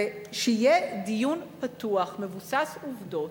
ושיהיה דיון פתוח ומבוסס עובדות,